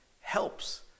helps